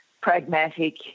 pragmatic